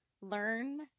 Learn